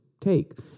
take